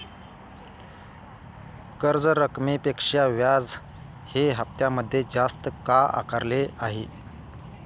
कर्ज रकमेपेक्षा व्याज हे हप्त्यामध्ये जास्त का आकारले आहे?